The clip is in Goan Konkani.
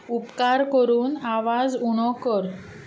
उपकार करून आवाज उणो कर